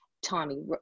Tommy